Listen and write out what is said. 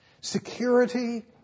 security